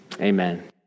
amen